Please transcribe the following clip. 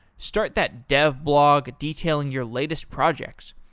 start that dev blog detailing your latest projects.